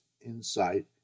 insight